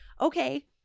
Okay